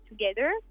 together